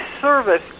service